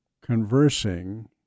conversing